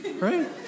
right